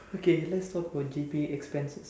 okay let's talk for J_B expenses